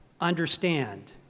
understand